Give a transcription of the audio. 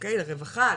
לרווחה.